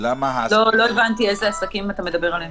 לא הבנתי על איזה עסקים אתה מדבר.